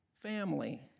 family